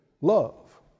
love